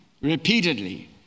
repeatedly